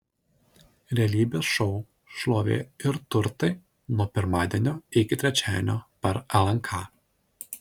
realybės šou šlovė ir turtai nuo pirmadienio iki trečiadienio per lnk